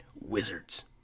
Wizards